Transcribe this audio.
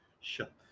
Shut